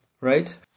Right